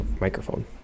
microphone